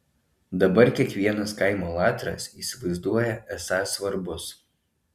dabar kiekvienas kaimo latras įsivaizduoja esąs svarbus